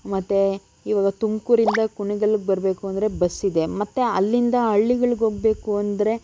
ಮತ್ತು ಇವಾಗ ತುಮಕೂರಿಂದ ಕುಣಿಗಲ್ಗೆ ಬರಬೇಕು ಅಂದರೆ ಬಸ್ ಇದೆ ಮತ್ತು ಅಲ್ಲಿಂದ ಹಳ್ಳಿಗಳಿಗ್ ಹೋಗ್ಬೇಕು ಅಂದರೆ